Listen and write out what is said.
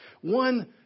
One